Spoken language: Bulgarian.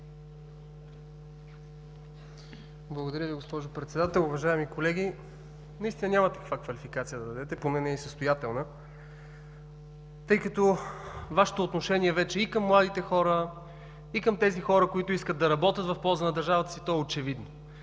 Благодаря Ви, госпожо Председател. Уважаеми колеги! Наистина няма каква квалификация да дадете, поне не и състоятелна, тъй като Вашето отношение вече и към младите хора, и към хората, които искат да работят в полза на държавата си, е очевидно.